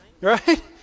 Right